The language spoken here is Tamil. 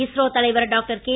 இஸ்ரோ தலைவர் டாக்டர் கே